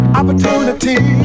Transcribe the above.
opportunity